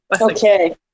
Okay